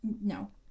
No